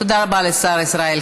תודה רבה לשר ישראל כץ.